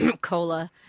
cola